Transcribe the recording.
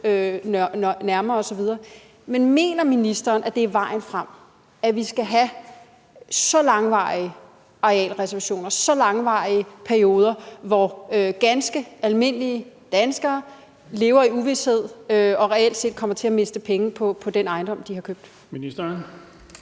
nærmere osv. Men mener ministeren, at det er vejen frem, at vi skal have så langvarige arealreservationer, så lange perioder, hvor ganske almindelige danskere lever i uvished og reelt set kommer til at miste penge på den ejendom, de har købt?